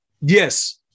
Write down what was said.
Yes